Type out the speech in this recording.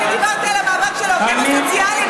אני דיברתי על המאבק של העובדים הסוציאליים,